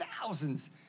thousands